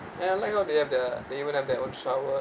and I like all they have the they even have their own shower